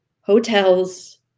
hotels